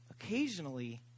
occasionally